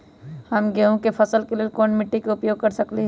हम गेंहू के फसल के लेल कोन मिट्टी के उपयोग कर सकली ह?